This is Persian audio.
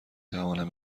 توانم